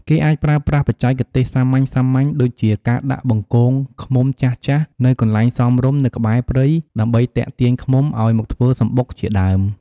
គេអាចប្រើប្រាស់បច្ចេកទេសសាមញ្ញៗ ដូចជាការដាក់បង្គងឃ្មុំចាស់ៗនៅកន្លែងសមរម្យនៅក្បែរព្រៃ ដើម្បីទាក់ទាញឃ្មុំឲ្យមកធ្វើសំបុកជាដើម។